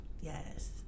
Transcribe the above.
Yes